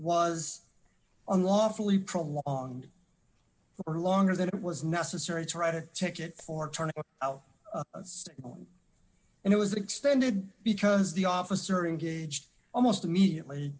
unlawfully prolonged for longer than it was necessary to write a ticket for turning out and it was extended because the officer in gauged almost immediately